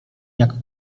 jak